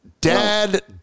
Dad